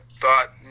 thought